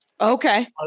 Okay